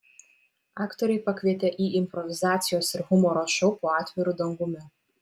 aktoriai pakvietė į improvizacijos ir humoro šou po atviru dangumi